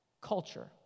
culture